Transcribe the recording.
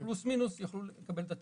פלוס מינוס, יוכלו לקבל את הטיפול.